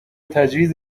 تجویز